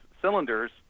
cylinders